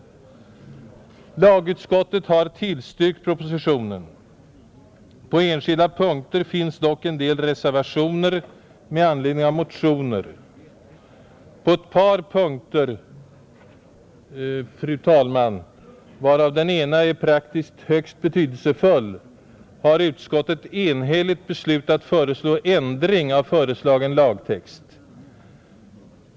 Lagutskottet har tillstyrkt propositionen, På enskilda punkter finns dock en del reservationer med anledning av motioner. På ett par punkter, fru talman, varav den ena är praktiskt högst betydelsefull har utskottet enhälligt beslutat föreslå ändring av föreslagen lagtext.